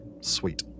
sweet